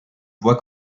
voit